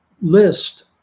list